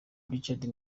richard